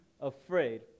afraid